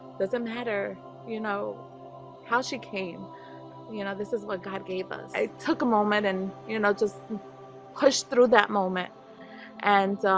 doesn't matter you know how she came you know this is what god gave us i took a moment and you know just push through that moment and?